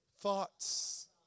thoughts